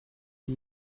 die